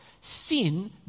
Sin